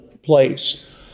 Place